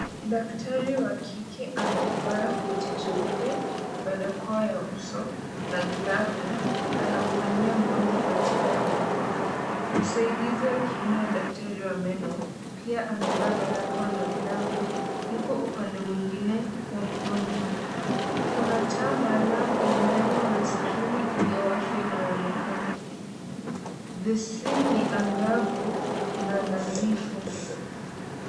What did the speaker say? Daktari wa kike amevaa koti jeupe, balakoa ya uso na glove . Anamfanyia mgonjwa matibabu. Msaidizi wa kiume wa daktari, wa meno, pia amevaa balakoa na glove . Yuko upande mwingine wa mgonjwa. Kuna taa maanam meno na screen iliyowashwa inayonekana. Beshini ni angavu na nadhifu.